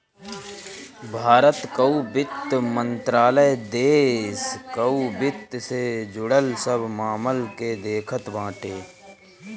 भारत कअ वित्त मंत्रालय देस कअ वित्त से जुड़ल सब मामल के देखत बाटे